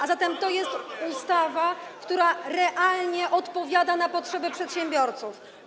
A zatem to jest ustawa, która realnie odpowiada na potrzeby przedsiębiorców.